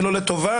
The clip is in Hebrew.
ולא לטובה,